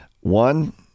One